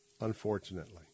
unfortunately